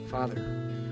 Father